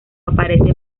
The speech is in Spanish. aparece